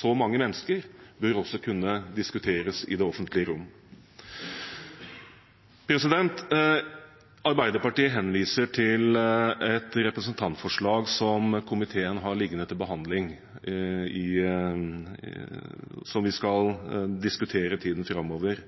så mange mennesker, bør også kunne diskuteres i det offentlige rom. Arbeiderpartiet henviser til et representantforslag som komiteen har liggende til behandling, og som vi skal diskutere i tiden framover.